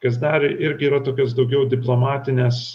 kas dar irgi yra tokios daugiau diplomatinės